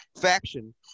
faction